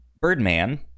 Birdman